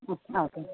ആ ഓക്കെ